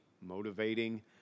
motivating